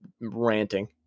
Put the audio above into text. ranting